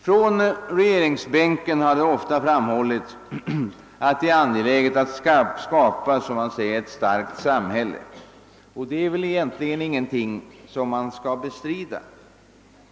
Från regeringsbänken har det ofta framhållits att det är angeläget att skapa, som man säger, ett starkt samhälle. Det är väl egentligen ingenting som man kan och bör bestrida.